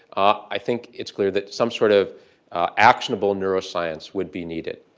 i think, it's clear that some sort of actionable neuroscience would be needed.